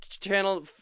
channel